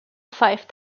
five